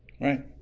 Right